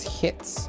hits